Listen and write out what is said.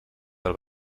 del